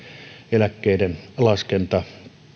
eläkkeiden laskenta